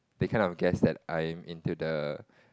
they cannot guess that I'm into the